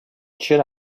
should